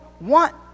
want